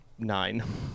Nine